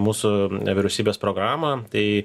mūsų vyriausybės programą tai